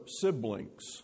siblings